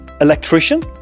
electrician